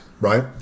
right